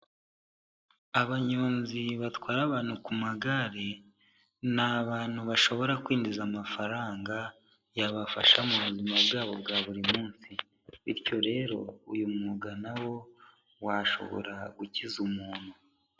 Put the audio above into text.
Abanyonzi batwaye abantu ku magare, ni abantu bashobora kwinjiza amafaranga yabafasha mu buzima bwabo bwa buri munsi bityo rero uyu mwuga na wo washobora gukiza umuntu.